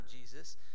Jesus